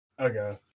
Okay